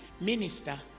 Minister